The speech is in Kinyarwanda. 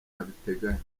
abiteganya